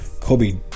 Kobe